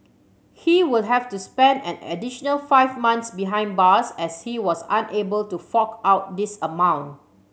he will have to spend an additional five months behind bars as he was unable to fork out this amount